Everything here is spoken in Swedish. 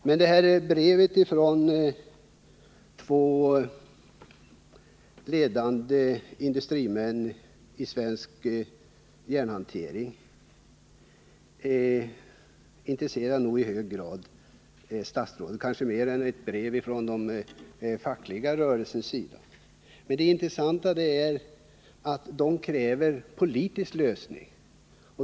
Men brevet från två ledande industrimän inom svensk järnhantering intresserar nog statsrådet i hög grad — kanske mer än ett brev från den fackliga rörelsens sida. Det intressanta är att de kräver en politisk lösning.